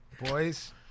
Boys